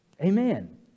Amen